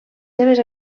seves